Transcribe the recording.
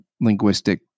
linguistic